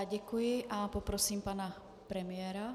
Děkuji a poprosím pana premiéra.